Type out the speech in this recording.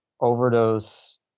overdose